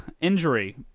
injury